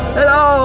Hello